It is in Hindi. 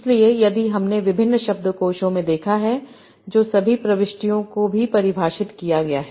इसलिए यदि हमने विभिन्न शब्दकोशों में देखा है जो सभी प्रविष्टियों को भी परिभाषित किया गया है